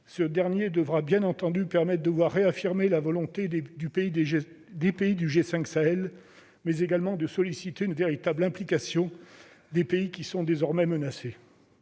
de N'Djamena devra bien entendu permettre de réaffirmer la volonté des pays du G5 Sahel, mais également de solliciter une véritable implication des pays qui sont désormais menacés.